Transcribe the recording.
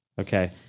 okay